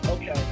Okay